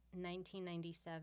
1997